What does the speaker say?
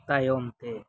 ᱛᱟᱭᱚᱢ ᱛᱮ